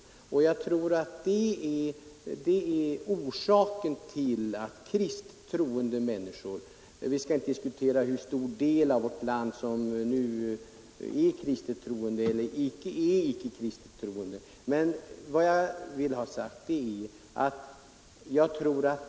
Vi skall inte diskutera hur stor del av vårt folk som är kristet troende och hur stor del som inte är det.